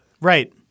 right